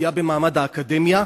פגיעה במעמד האקדמיה.